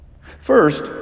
First